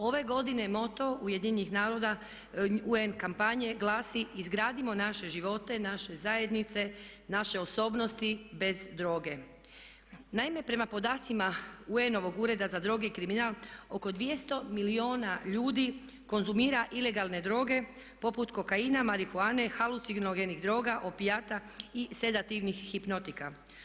Ove godine moto UN-a i kampanje glasi "Izgradimo naše živote, naše zajednice, naše osobnosti bez droge." Naime, prema podacima UN-ovog Ureda za droge i kriminal oko 200 milijuna ljudi konzumira ilegalne droge poput kokaina, marihuane, halucinogenih droga, opijata i sedativnih hipnotika.